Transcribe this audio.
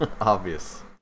Obvious